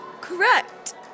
Correct